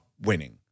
winning